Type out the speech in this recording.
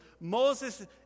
Moses